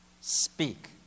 Speak